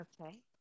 Okay